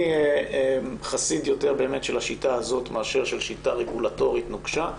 אני חסיד יותר של השיטה הזאת מאשר של שיטה רגולטורית נוקשה.